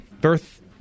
birth